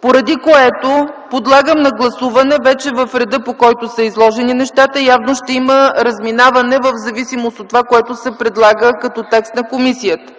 Поради което подлагам на гласуване предложенията по реда, по който са направени. Явно ще има разминаване в зависимост от това, което се предлага като текст на комисията.